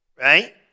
right